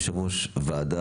יושב ראש ועדה